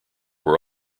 were